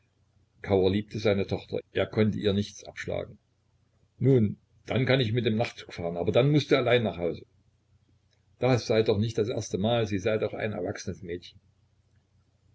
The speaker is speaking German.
kauer liebte seine tochter er konnte ihr nichts abschlagen nun dann kann ich mit dem nachtzug fahren aber dann mußt du allein nach hause das sei doch nicht das erste mal sie sei doch ein erwachsenes mädchen